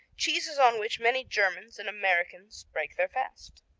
cheeses on which many germans and americans break their fast.